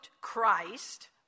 Christ